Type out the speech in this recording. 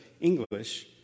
English